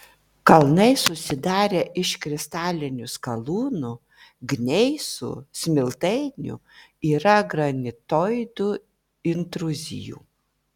kalnai susidarę iš kristalinių skalūnų gneisų smiltainių yra granitoidų intruzijų